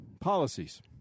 policies